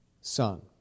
son